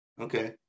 okay